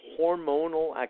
hormonal